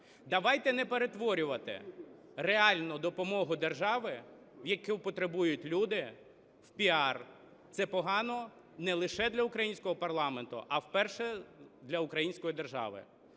Давайте не перетворювати реальну допомогу держави, якої потребують люди, в піар. Це погано не лише для українського парламенту, а вперше для української держави.